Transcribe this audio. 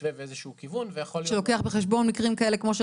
מתווה --- שלוקח בחשבון מקרים כאלו?